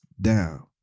down